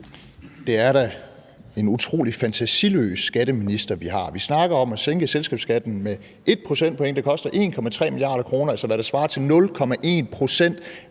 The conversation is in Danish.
Det er da en utrolig fantasiløs skatteminister, vi har. Vi snakker om at sænke selskabsskatten med 1 procentpoint, og det koster 1,3 mia. kr., altså hvad der svarer til 0,1 pct.